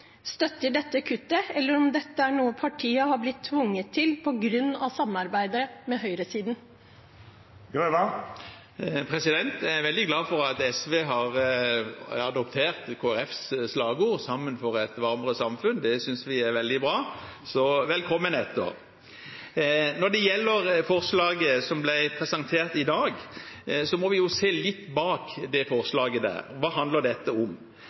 støtter dette kuttet, eller om dette er noe partiet har blitt tvunget til på grunn av samarbeidet med høyresiden. Jeg er veldig glad for at SV har adoptert Kristelig folkepartis slagord «Sammen for et varmere samfunn» – det synes vi er veldig bra. Så velkommen etter! Når det gjelder forslaget som ble presentert i dag, må vi jo se litt bak forslaget: Hva handler dette om?